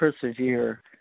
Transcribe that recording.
Persevere